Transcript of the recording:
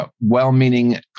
well-meaning